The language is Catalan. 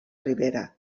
ribera